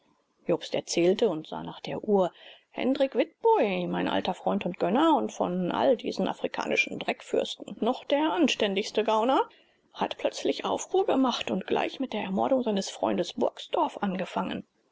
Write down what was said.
jobst erzählte und sah nach der uhr hendrik witboi mein alter freund und gönner und von all diesen afrikanischen dreckfürsten noch der anständigste gauner hat plötzlich aufruhr gemacht und gleich mit der ermordung seines freundes burgsdorff angefangen